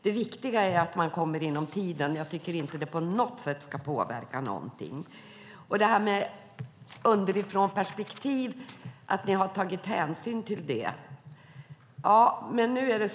Det viktiga är att man kommer inom tiden, och jag tycker inte att det på något sätt ska påverka det hela. Statsrådet talar om att man har tagit hänsyn till underifrånperspektiv.